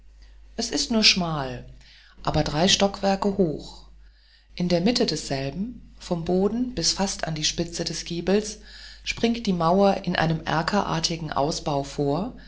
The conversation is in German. es ist nur schmal aber drei stockwerke hoch in der mitte desselben vom boden bis fast in die spitze des giebels springt die mauer in einem erkerartigen ausbau vor